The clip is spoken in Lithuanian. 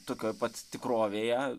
tokioj pats tikrovėje